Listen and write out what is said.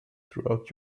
throughout